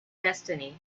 destiny